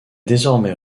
désormais